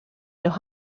los